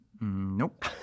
Nope